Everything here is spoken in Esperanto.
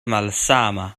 malsama